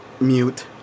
mute